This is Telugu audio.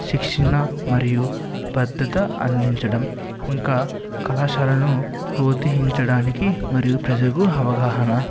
శిక్షణ మరియు పద్దుతా అందించడం ఇంకా కళాశాలను ప్రోత్సహించడానికి మరియు ప్రజలకు అవగాహన